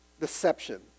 Deception